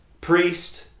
priest